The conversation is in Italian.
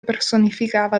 personificava